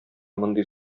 мондый